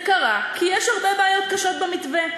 זה קרה כי יש הרבה בעיות קשות במתווה,